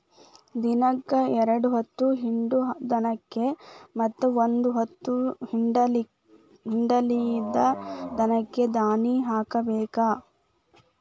ದಿನಕ್ಕ ಎರ್ಡ್ ಹೊತ್ತ ಹಿಂಡು ದನಕ್ಕ ಮತ್ತ ಒಂದ ಹೊತ್ತ ಹಿಂಡಲಿದ ದನಕ್ಕ ದಾನಿ ಹಾಕಬೇಕ